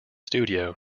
studio